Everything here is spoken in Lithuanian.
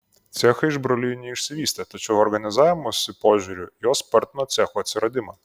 cechai iš brolijų neišsivystė tačiau organizavimosi požiūriu jos spartino cechų atsiradimą